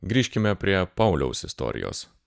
grįžkime prie pauliaus istorijos